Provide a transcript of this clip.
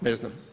Ne znam.